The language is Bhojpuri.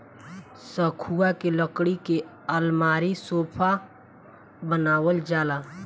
सखुआ के लकड़ी के अलमारी, सोफा बनावल जाला